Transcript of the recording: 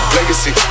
Legacy